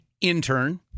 intern